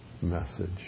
message